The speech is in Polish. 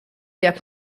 jak